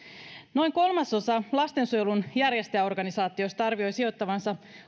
noin kolmasosa lastensuojelun järjestäjäorganisaatioista arvioi sijoittavansa